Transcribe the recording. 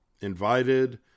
invited